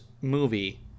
movie